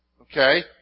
Okay